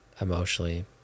emotionally